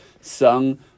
sung